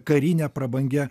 karine prabangia